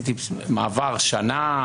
עברתי וזה שנה,